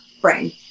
brain